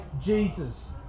Jesus